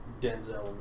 Denzel